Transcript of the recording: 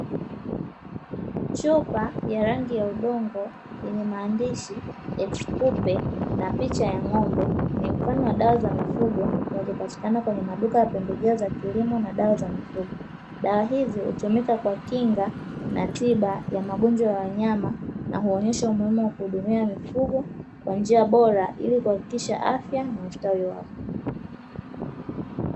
Chupa ya rangi ya udongo yenye maandishi "X Cupe" na picha ya ng'ombe ni mfano wa dawa za mifugo zinazopatikana kwenye maduka ya pembejeo za kilimo na dawa za mifugo. Dawa hizi hutumika kwa kinga na tiba ya magonjwa ya wanyama na huonyesha umuhimu wa kuhudumia mifugo kwa njia bora, ili kuhakikisha afya na ustawi wao.